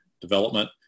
development